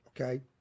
okay